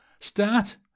Start